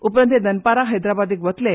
उप्रांत ते दनपरा हैद्राबादेक वतले